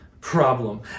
problem